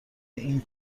این